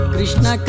Krishna